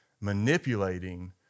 manipulating